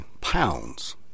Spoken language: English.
Pounds